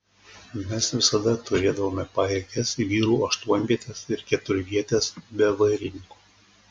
mes visada turėdavome pajėgias vyrų aštuonvietes ir keturvietes be vairininko